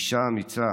אישה אמיצה,